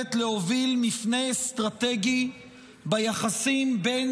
חייבת להוביל מפנה אסטרטגי ביחסים בין